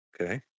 Okay